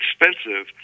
expensive